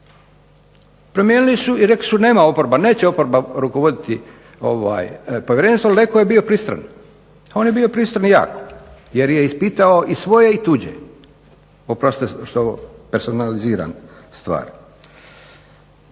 Promijenili su i rekli su nema oporba, neće oporba rukovoditi povjerenstvom, Leko je bio pristran. On je bio pristran jako jer je ispitao i svoje i tuđe. Oprostite što personaliziram stvar.